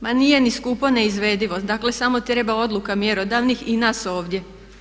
Pa nije ni skupu ni neizvedivo, dakle samo treba odluka mjerodavnih i nas ovdje.